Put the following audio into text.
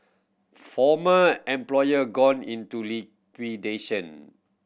former employer gone into liquidation